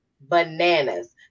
bananas